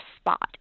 spot